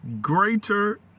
Greater